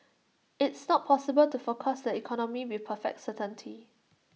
it's not possible to forecast the economy with perfect certainty